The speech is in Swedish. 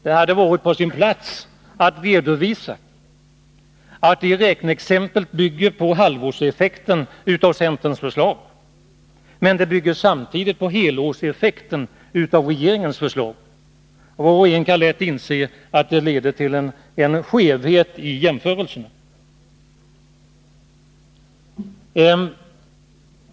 Det hade varit på sin plats att redovisa att det räkneexemplet bygger på halvårseffekten av centerns förslag men på helårseffekten av regeringens förslag. Var och en kan lätt inse att det leder till en skevhet i jämförelsen.